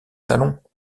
salons